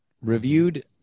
Reviewed